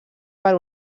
per